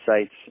sites